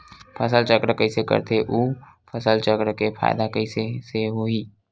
फसल चक्र कइसे करथे उ फसल चक्र के फ़ायदा कइसे से होही?